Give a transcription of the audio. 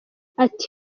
ati